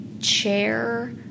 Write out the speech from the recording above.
chair